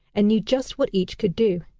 and knew just what each could do.